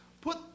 Put